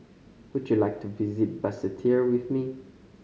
would you like to visit Basseterre with me